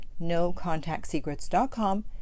NoContactSecrets.com